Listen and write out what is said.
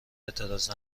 اعتراض